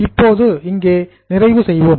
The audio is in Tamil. இப்போது இங்கு நிறைவு செய்வோம்